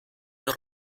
der